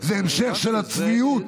זה המשך של הצביעות.